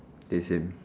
K same